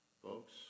Folks